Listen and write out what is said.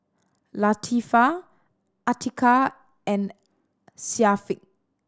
Latifa Atiqah and Syafiq